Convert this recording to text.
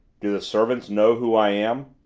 do the servants know who i am?